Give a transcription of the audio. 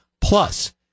plus